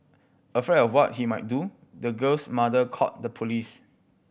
afraid of what he might do the girl's mother called the police